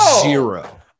zero